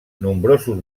nombrosos